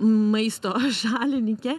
maisto šalininkė